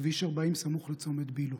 בכביש 40 סמוך לצומת ביל"ו,